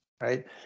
Right